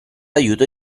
aiuto